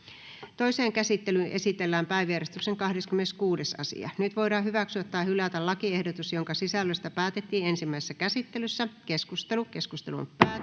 Toiseen käsittelyyn esitellään päiväjärjestyksen 21. asia. Nyt voidaan hyväksyä tai hylätä lakiehdotus, jonka sisällöstä päätettiin ensimmäisessä käsittelyssä. — Keskustelu, edustaja Talvitie.